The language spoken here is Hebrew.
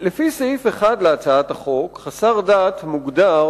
לפי סעיף 1 להצעת חוק, חסר דת מוגדר